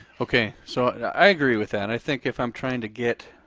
okay, so and i i agree with that. i think if i'm trying to get